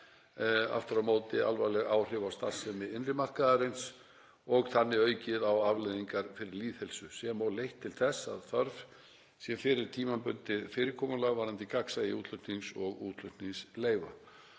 aftur haft alvarleg áhrif á starfsemi innri markaðarins og þannig aukið á afleiðingar fyrir lýðheilsu sem og leitt til þess að þörf sé fyrir tímabundið fyrirkomulag varðandi gagnsæi útflutnings og útflutningsleyfa.